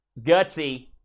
Gutsy